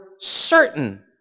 certain